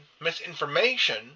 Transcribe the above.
misinformation